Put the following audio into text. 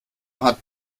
hat